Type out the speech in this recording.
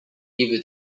niby